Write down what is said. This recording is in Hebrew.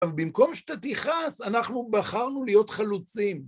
אבל במקום שאתה תכעס, אנחנו בחרנו להיות חלוצים.